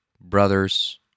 brother's